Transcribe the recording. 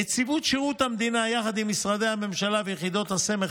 נציבות שירות המדינה עם משרדי הממשלה ויחידות הסמך